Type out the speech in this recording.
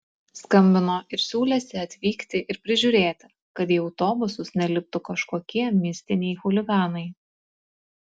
skambino ir siūlėsi atvykti ir prižiūrėti kad į autobusus neliptų kažkokie mistiniai chuliganai